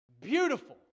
Beautiful